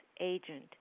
agent